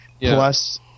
plus